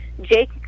Jake